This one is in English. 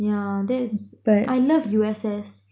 yeah that's I love U_S_S